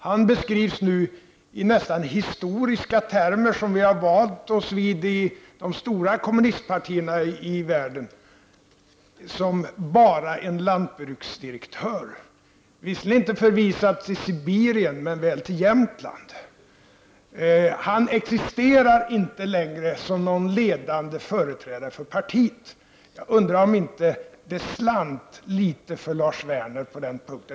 Han beskrivs nu med de nästan historiska termer som vi vant oss vid från de stora kommunistpartierna i världen som bara en lantbruksdirektör, visserligen inte förvisad till Sibirien men väl till Jämtland. Han existerar inte längre som någon ledande företrädare för partiet. Jag undrar om det inte slant litet för Lars Werner på den punkten.